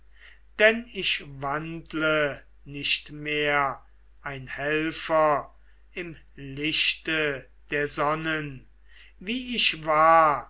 denn ich wandle nicht mehr ein helfer im lichte der sonnen wie ich war